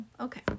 Okay